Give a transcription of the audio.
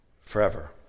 forever